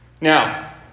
Now